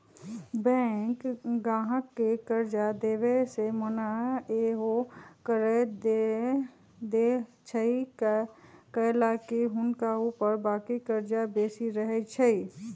bank गाहक के कर्जा देबऐ से मना सएहो कऽ देएय छइ कएलाकि हुनका ऊपर बाकी कर्जा बेशी रहै छइ